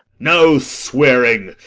no swearing.